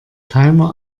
timer